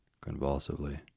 convulsively